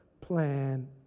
plan